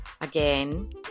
again